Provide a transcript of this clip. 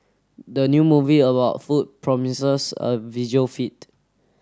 the new movie about food promises a visual feet